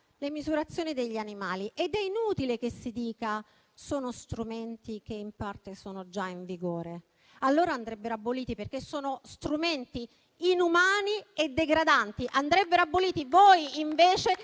le misurazioni degli animali. È inutile che si dica che sono strumenti che in parte sono già in vigore. Allora andrebbero aboliti, perché sono strumenti inumani e degradanti; andrebbero aboliti, mentre